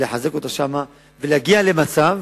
לחזק אותה ולהגיע למצב